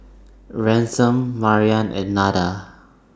Ransom Maryann and Nada